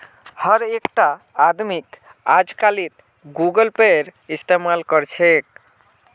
हर एकटा आदमीक अजकालित गूगल पेएर इस्तमाल कर छेक